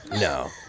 No